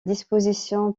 disposition